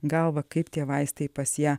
galvą kaip tie vaistai pas ją